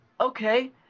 okay